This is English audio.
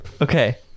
Okay